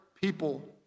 people